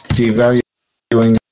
devaluing